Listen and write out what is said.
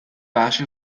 بخش